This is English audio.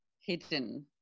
hidden